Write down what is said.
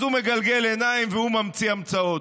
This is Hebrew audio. הוא מגלגל עיניים והוא ממציא המצאות.